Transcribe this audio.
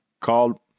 called